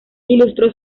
ilustró